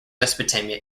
mesopotamia